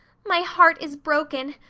my heart is broken.